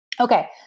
Okay